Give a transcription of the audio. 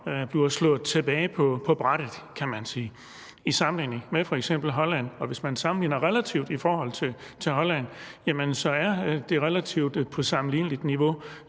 bliver slået tilbage på brættet, kan man sige, i sammenligning med f.eks. Holland. Hvis man sammenligner det med Holland, som jo er på et relativt sammenligneligt niveau,